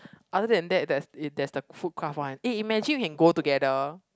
other than that that's is that's the food craft one eh image you can go together